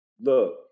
look